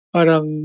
Parang